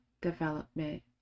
development